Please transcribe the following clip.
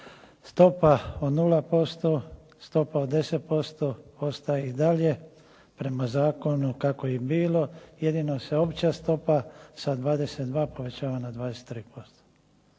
Stopa od 0%, stopa od 10% ostaje i dalje prema zakonu kako je bilo, jedino se opća stopa sa 22 povećava na 23%.